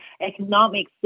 economic